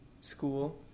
school